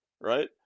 right